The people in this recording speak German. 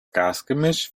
gasgemisch